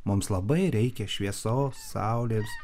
mums labai reikia šviesos saulės